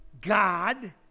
God